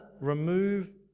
remove